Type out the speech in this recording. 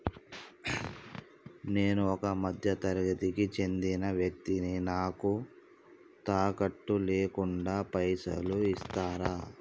నేను ఒక మధ్య తరగతి కి చెందిన వ్యక్తిని నాకు తాకట్టు లేకుండా పైసలు ఇస్తరా?